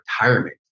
retirement